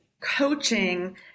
coaching